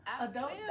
adult